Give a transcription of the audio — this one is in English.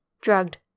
Drugged